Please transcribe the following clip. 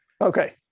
Okay